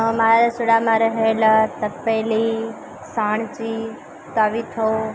મારા રસોડામાં રહેલા તપેલી સાણચી તાવીથો